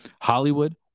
Hollywood